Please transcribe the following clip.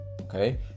okay